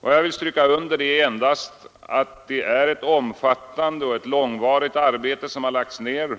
Vad jag vill stryka under är endast att det är ett omfattande och långvarigt arbete som lagts ned